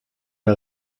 der